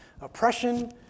oppression